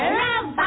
love